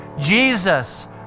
Jesus